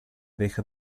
deja